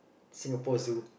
Singapore Zoo